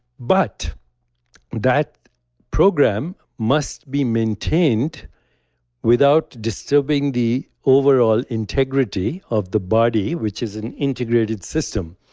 but that program must be maintained without disturbing the overall integrity of the body, which is an integrated system.